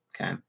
Okay